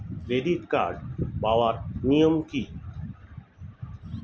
Credit card পাওয়ার নিয়ম কী?